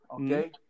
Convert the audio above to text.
Okay